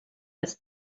das